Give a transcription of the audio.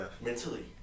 Mentally